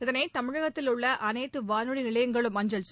இதனை தமிழகத்தில் உள்ள அனைத்து வானொலி நிலையங்களும் அஞ்சல் செய்யும்